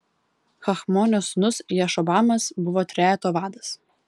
hachmonio sūnus jašobamas buvo trejeto vadas